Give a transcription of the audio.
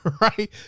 right